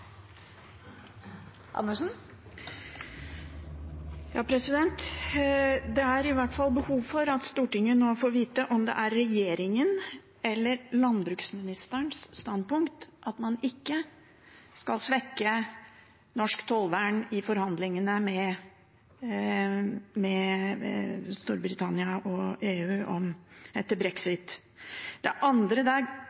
Det er i hvert fall behov for at Stortinget nå får vite om det er regjeringens, eller landbruksministerens, standpunkt at man ikke skal svekke norsk tollvern i forhandlingene med Storbritannia og EU etter brexit. Det andre det er nødvendig å få svar på, er om